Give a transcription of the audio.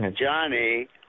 Johnny